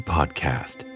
Podcast